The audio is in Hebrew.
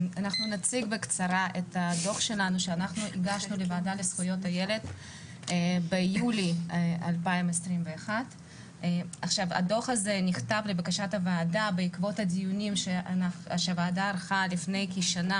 אנחנו נציג בקצרה את הדוח שהגשנו לוועדה לזכויות הילד ביולי 2021. הדוח הזה נכתב לבקשת הוועדה בעקבות הדיונים שהוועדה ערכה לפני כשנה,